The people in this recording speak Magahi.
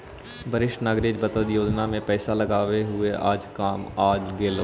वरिष्ठ नागरिक बचत योजना में पैसे लगाए हुए आज काम आ गेलइ